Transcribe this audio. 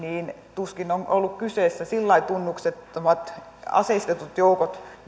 tuskin on ollut kyseessä sillä tavalla tunnuksettomat aseistetut joukot